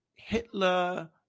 Hitler